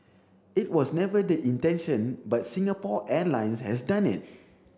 it was never the intention but Singapore Airlines has done it